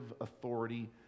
authority